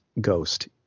ghost